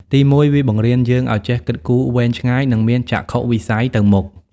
ទីមួយ វាបង្រៀនយើងឲ្យចេះគិតគូរវែងឆ្ងាយ និងមានចក្ខុវិស័យទៅមុខ។